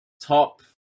top